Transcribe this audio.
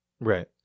Right